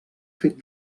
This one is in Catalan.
fet